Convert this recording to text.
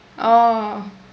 oh